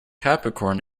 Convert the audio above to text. capricorn